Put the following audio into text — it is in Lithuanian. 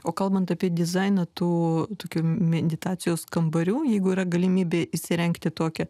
o kalbant apie dizainą tų tokių meditacijos kambarių jeigu yra galimybė įsirengti tokią